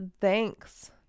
thanks